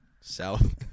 South